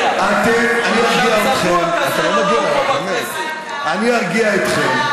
אתם לא יודעים להפסיד, ואני אומר לכם,